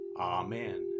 Amen